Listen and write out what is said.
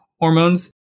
hormones